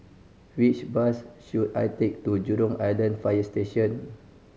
which bus should I take to Jurong Island Fire Station